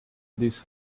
these